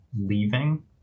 leaving